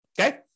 okay